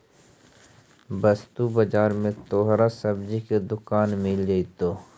वस्तु बाजार में तोहरा सब्जी की दुकान मिल जाएतो